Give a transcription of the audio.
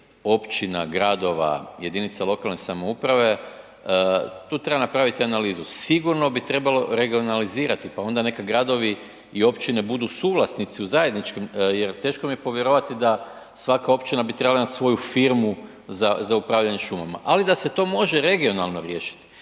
općina, gradova, jedinica lokalne samouprave, tu treba napraviti analizu, sigurno bi trebao regionalizirati pa onda neka gradovi i općine budu suvlasnici u zajedničkim jer teško mi je povjerovati da svaka općina bi trebala imati svoju firmu za upravljanje šumama ali da se to može regionalno riješiti,